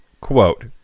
quote